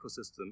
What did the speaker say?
ecosystem